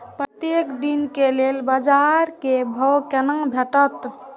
प्रत्येक दिन के लेल बाजार क भाव केना भेटैत?